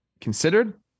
considered